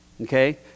Okay